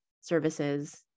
services